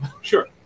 Sure